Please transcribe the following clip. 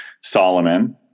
Solomon